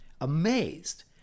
amazed